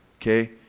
okay